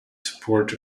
support